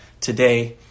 today